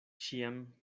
ĉiam